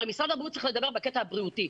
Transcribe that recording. הרי משרד הבריאות צריך לדבר בקטע הבריאותי.